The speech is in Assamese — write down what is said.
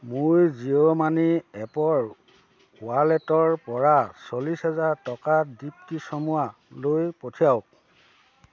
মোৰ জিঅ' মানি এপৰ ৱালেটৰ পৰা চল্লিছ হাজাৰ টকা দীপ্তি চামুৱালৈ পঠিয়াওক